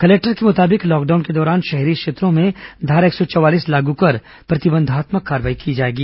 collector के मुताबिक lockdown के दौरान शहरी क्षेत्रों में धारा एक सौ चवालीस लागू कर प्रतिबंधात्मक कार्रवाई की जाएगी